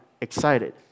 excited